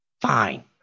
fine